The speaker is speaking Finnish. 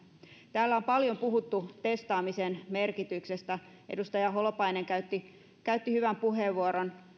täällä on paljon puhuttu testaamisen merkityksestä edustaja holopainen käytti käytti hyvän puheenvuoron